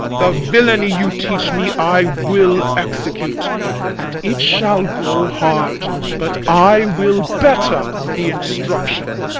the villaiy you teach me i will execute and it shall go hard but i will better the instruction.